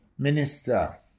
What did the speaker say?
Minister